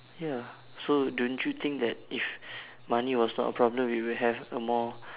ya so don't you think that if money was not a problem we would have a more